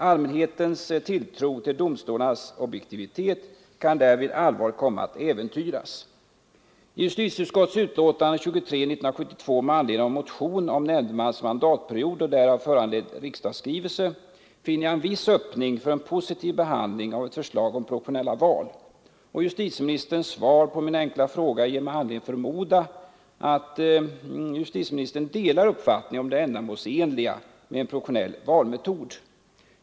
Allmänhetens tilltro till domstolarnas objektivitet kan därvid allvarligt komma att äventyras. I justitieutskottets utlåtande nr 23 år 1972 med anledning av en motion om nämndemans mandatperiod och därav föranledd riksdagsskrivelse finner jag en viss öppning för en positiv behandling av ett förslag om proportionella val. Justitieministerns svar på min fråga ger mig anledning förmoda att justitieministern delar uppfattningen om det ändamålsenliga med en proportionell valmetod.